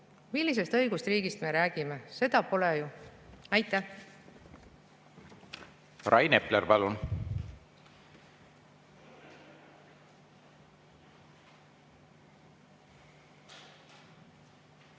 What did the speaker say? Millisest õigusriigist me räägime? Seda pole ju! Aitäh! Rain Epler, palun! Rain Epler, palun!